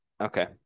Okay